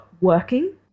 working